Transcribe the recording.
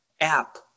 app